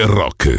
rock